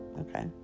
okay